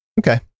Okay